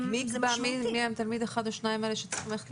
מי יקבע מי התלמיד הזה או שני התלמידים שצריכים ללכת להיבדק,